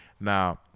now